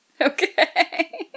Okay